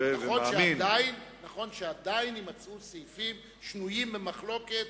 נכון שעדיין יימצאו סעיפים שנויים במחלוקת